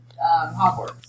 Hogwarts